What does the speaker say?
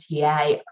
TA